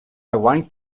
one